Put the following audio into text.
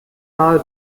mal